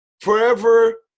forever